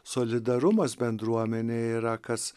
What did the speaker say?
solidarumas bendruomenė yra kas